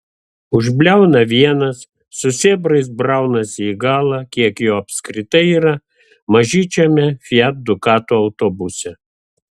užbliauna vienas su sėbrais braunasi į galą kiek jo apskritai yra mažyčiame fiat ducato autobuse